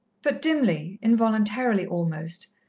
but dimly, involuntarily almost,